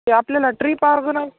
ते आपल्याला trip organise